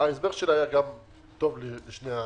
ההסבר שלי היה טוב לשני הדברים,